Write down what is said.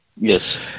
Yes